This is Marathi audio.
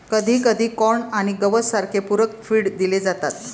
कधीकधी कॉर्न आणि गवत सारखे पूरक फीड दिले जातात